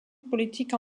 politiques